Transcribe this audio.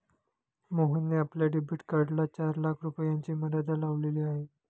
मोहनने आपल्या डेबिट कार्डला चार लाख रुपयांची मर्यादा लावलेली आहे